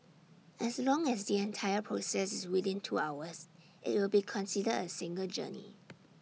as long as the entire process is within two hours IT will be considered A single journey